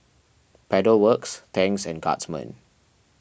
Pedal Works Tangs and Guardsman